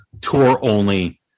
tour-only